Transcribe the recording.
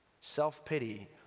Self-pity